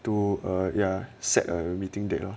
to err ya set a meeting date lah